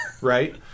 right